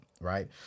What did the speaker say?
Right